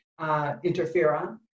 interferon